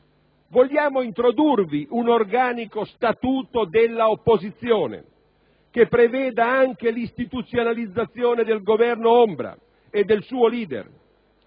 Vogliamo introdurvi un organico statuto dell'opposizione che preveda anche l'istituzionalizzazione del Governo ombra e del suo *leader*?